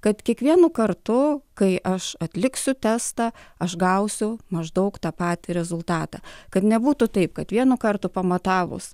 kad kiekvienu kartu kai aš atliksiu testą aš gausiu maždaug tą patį rezultatą kad nebūtų taip kad vienu kartu pamatavus